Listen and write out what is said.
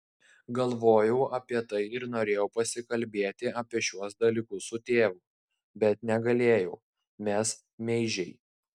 galvojau apie tai ir norėjau pasikalbėti apie šiuos dalykus su tėvu bet negalėjau mes meižiai